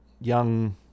young